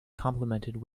complimented